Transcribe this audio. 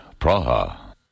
Praha. (